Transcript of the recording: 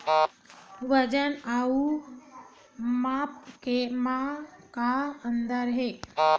वजन अउ माप म का अंतर हे?